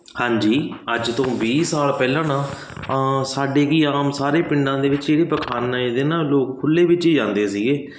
ਹਾਂਜੀ ਅੱਜ ਤੋਂ ਵੀਹ ਸਾਲ ਪਹਿਲਾਂ ਨਾ ਸਾਡੇ ਕਿ ਆਮ ਸਾਰੇ ਪਿੰਡਾਂ ਦੇ ਵਿੱਚ ਜਿਹੜੇ ਪਖਾਨਾ ਇਹਦੇ ਨਾ ਲੋਕ ਖੁੱਲੇ ਵਿੱਚ ਹੀ ਜਾਂਦੇ ਸੀਗੇ